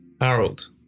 Harold